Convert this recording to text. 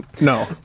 No